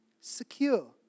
secure